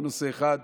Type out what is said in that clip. זה נושא אחד,